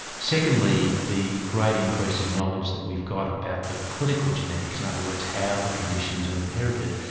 secondly the great increase in knowledge that we've got about the clinical genetics, in other words how the conditions are inherited,